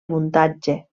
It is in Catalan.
muntatge